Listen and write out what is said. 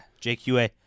JQA